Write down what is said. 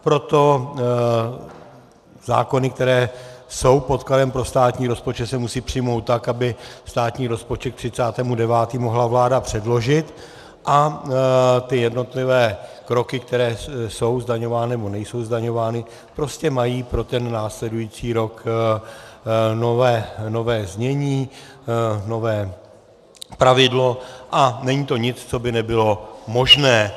Proto zákony, které jsou podkladem pro státní rozpočet, se musí přijmout tak, aby státní rozpočet k 30. 9. mohla vláda předložit, a ty jednotlivé kroky, které jsou zdaňovány, nebo nejsou zdaňovány, prostě mají pro ten následující rok nové znění, nové pravidlo a není to nic, co by nebylo možné.